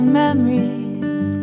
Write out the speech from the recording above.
memories